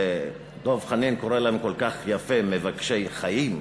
שדב חנין קורא להם כל כך יפה: מבקשי חיים,